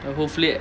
but hopefully